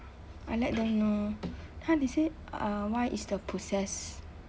I let them know !huh! they say uh why is the process